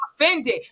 offended